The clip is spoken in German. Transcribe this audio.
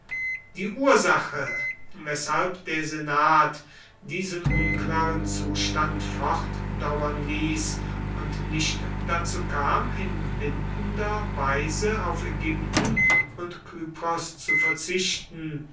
die ursache weshalb der senat diesen unklaren zustand fortdauern ließ und nicht dazu kam in bindender weise auf ägypten und kypros zu verzichten